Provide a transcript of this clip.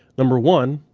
number one,